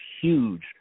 huge